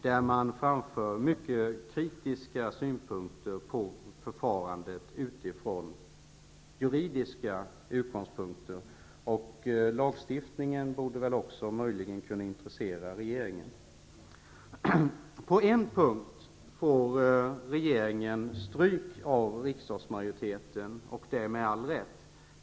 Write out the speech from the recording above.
I promemorian framförs mycket kritiska synpunkter på förfarandet från juridiska utgångspunkter. Lagstiftningen borde väl möjligen kunna intressera regeringen. På en punkt får regeringen stryk av riksdagsmajoriteten -- med all rätt.